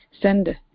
send